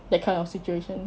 that kind of situation